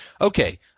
Okay